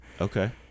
okay